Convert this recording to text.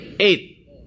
Eight